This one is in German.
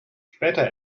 später